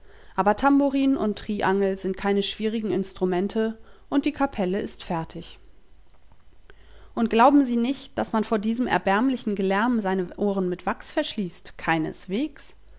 aber tambourin und triangel sind keine schwierigen instrumente und die kapelle ist fertig und glauben sie nicht daß man vor diesem erbärmlichen gelärm seine ohren mit wachs verschließt keineswegs